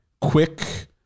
quick